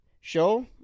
show